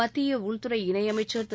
மத்திய உள்துறை இணையமைச்சர் திரு